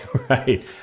Right